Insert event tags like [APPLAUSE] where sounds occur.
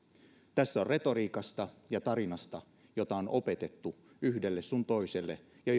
tässä on kyse retoriikasta ja tarinasta jota on opetettu yhdelle sun toiselle ja [UNINTELLIGIBLE]